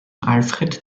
alfred